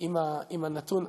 עם הנתון.